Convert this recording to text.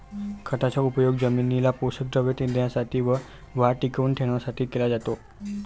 खताचा उपयोग जमिनीला पोषक द्रव्ये देण्यासाठी व वाढ टिकवून ठेवण्यासाठी केला जातो